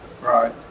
Right